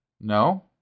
No